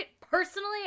personally